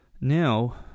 now